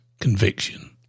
conviction